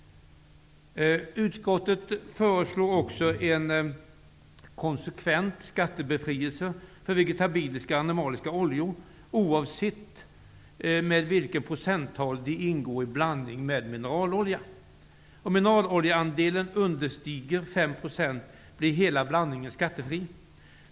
Utskottet föreslår också en konsekvent skattebefrielse för vegetabiliska och animaliska oljor, oavsett med vilken procentandel de ingår i blandning med mineralolja. Om mineraloljeandelen understiger 5 %, blir hela blandningen skattefri.